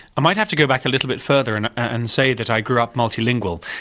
i might have to go back a little bit further and and say that i grew up multilingual.